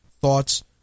thoughts